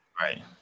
Right